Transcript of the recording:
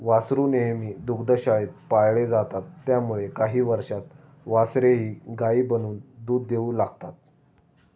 वासरू नेहमी दुग्धशाळेत पाळले जातात त्यामुळे काही वर्षांत वासरेही गायी बनून दूध देऊ लागतात